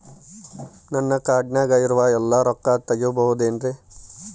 ನನ್ನ ಕಾರ್ಡಿನಾಗ ಇರುವ ಎಲ್ಲಾ ರೊಕ್ಕ ತೆಗೆಯಬಹುದು ಏನ್ರಿ?